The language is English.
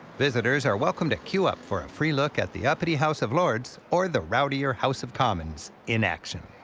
visitors are welcome to queue up for a free look at either the uppity house of lords or the rowdier house of commons in action.